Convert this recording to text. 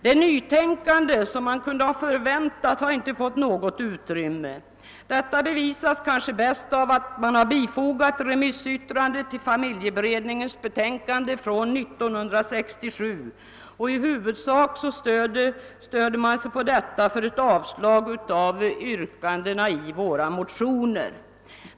Det nytänkande som man kunde ha väntat har inte fått något utrymme. Detta bevisas kanske bäst av att man har bifogat remissyttrandet över familjeberedningens betänkande 1967. I huvudsak stöder man sig på detta när man avstyrker yrkandena i våra motioner.